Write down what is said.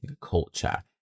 culture